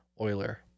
Euler